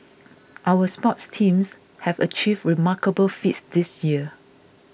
our sports teams have achieved remarkable feats this year